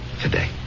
Today